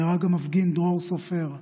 נהרג המפגין דרור סופר,